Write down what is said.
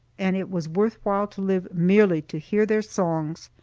and it was worth while to live merely to hear their songs.